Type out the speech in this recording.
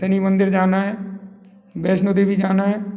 शनि मंदिर जाना है वैष्णो देवी जाना है